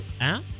app